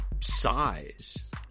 size